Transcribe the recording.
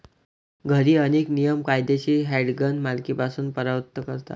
घरी, अनेक नियम कायदेशीर हँडगन मालकीपासून परावृत्त करतात